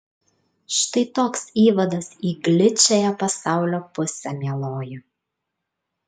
štai toks įvadas į gličiąją pasaulio pusę mieloji